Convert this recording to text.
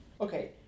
Okay